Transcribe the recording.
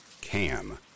Cam